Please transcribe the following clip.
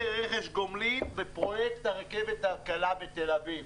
רכש גומלין בפרויקט הרכבת הקלה בתל-אביב.